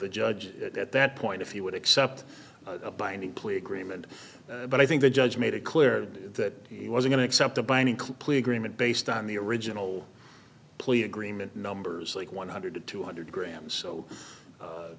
the judge at that point if he would accept a binding plea agreement but i think the judge made it clear that he was going to accept a binding plea agreement based on the original plea agreement numbers like one hundred to two hundred grams so